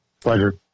Pleasure